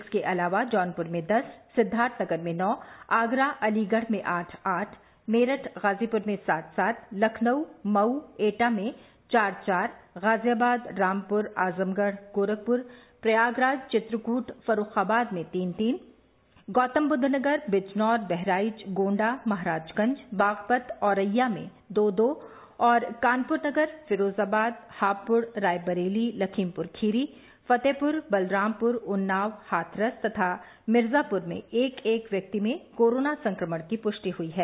इसके अलावा जौनपुर में दस सिद्वार्थनगर में नौ आगरा अलीगढ़ में आठ आठ मेरठ गाजीपुर में सात सात लखनऊ मऊ एटा में चार चार गाजियाबाद रामपुर आजमगढ़ गोरखपुर प्रयागराज चित्रकूट फर्रुखाबाद में तीन तीन गौतमबुद्धनगर बिजनौर बहराइच गोण्डा महराजगंज बागपत औरैया में दो दो और कानपुर नगर फिरोजाबाद हापुड़ रायबरेली लखीमपुर खीरी फतेहपुर बलरामपुर उन्नाव हाथरस तथा मिर्जापुर में एक एक व्यक्ति में कोरोना संक्रमण की पुष्टि हुई है